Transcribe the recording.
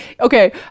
okay